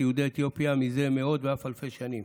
יהודי אתיופיה זה מאות ואף אלפי שנים.